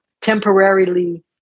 temporarily